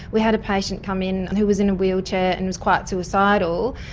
we had a patient come in and who was in a wheelchair and was quite suicidal,